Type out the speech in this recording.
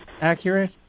accurate